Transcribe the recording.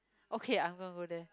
okay I'm gonna go there